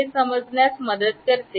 हे समजण्यास मदत करते